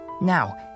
Now